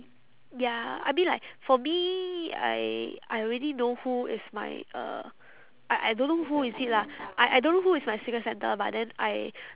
ya I mean like for me I I already know who is my uh I I don't know who is it lah I I don't know who is my secret santa but then I